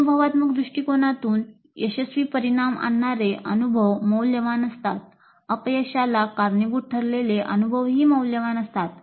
अनुभवात्मक दृष्टिकोनातून यशस्वी परीणाम आणणारे अनुभव मौल्यवान असतात अपयशाला कारणीभूत ठरलेले अनुभवही मौल्यवान असतात